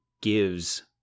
gives